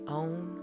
own